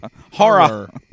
Horror